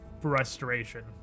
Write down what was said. Frustration